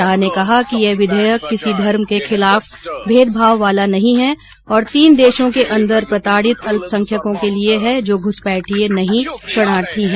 शाह ने कहा कि यह विधेयक किसी धर्म के खिलाफ भेदभाव वाला नहीं है और तीन देशों के अंदर प्रताडित अल्पसंख्यकों के लिए है जो घूसपैठिये नहीं शरणार्थी हैं